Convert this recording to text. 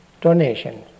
donation